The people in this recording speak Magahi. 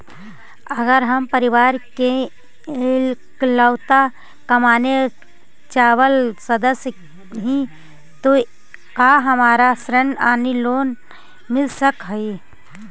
अगर हम परिवार के इकलौता कमाने चावल सदस्य ही तो का हमरा ऋण यानी लोन मिल सक हई?